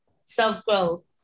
self-growth